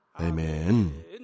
Amen